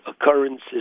occurrences